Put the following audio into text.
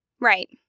Right